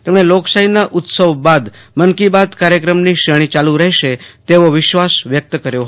તેમણે લોકશાહીના ઉત્સવ બાદ મન કી બાત કાર્યક્રમની ક્ષેણી ચાલુ રહેશે તેવો વિશ્વાસ વ્યક્ત કર્યો હતો